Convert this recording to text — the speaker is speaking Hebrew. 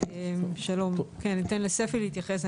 אני אתן לספי להתייחס.